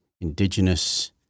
indigenous